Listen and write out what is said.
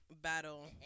battle